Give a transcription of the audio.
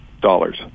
dollars